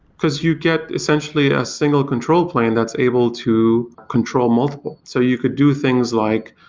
because you get essentially a single control plane that's able to control multiple. so you could do things like,